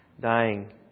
dying